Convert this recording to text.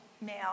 male